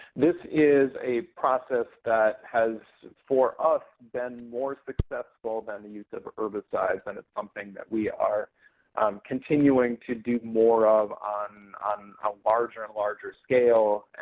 this is a process that has, for us, been more successful than the use of herbicides, and it's something that we are continuing to do more of on a um larger and larger scale.